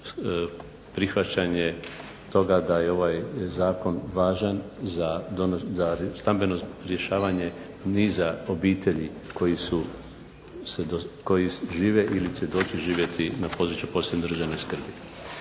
prihvaćanje toga da je ovaj zakon važan za stambeno rješavanje niza obitelji koji žive ili će doći živjeti na području posebne državne skrbi.